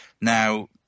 Now